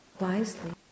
wisely